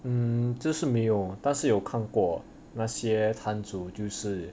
mm 这是没有但是有看过那些摊主就是